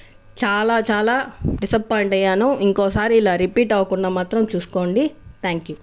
చాలా చాలా డిసప్పోయింట్ అయ్యాను ఇంకోసారి ఇలా రిపీట్ అవ్వకుండా మాత్రం చూసుకోండి థాంక్యూ